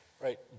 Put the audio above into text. Right